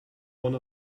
one